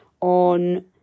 on